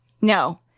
No